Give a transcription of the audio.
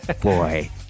boy